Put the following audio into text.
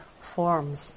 forms